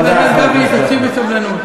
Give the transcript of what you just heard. חבר הכנסת גפני, תקשיב בסבלנות.